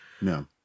No